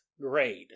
grade